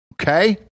okay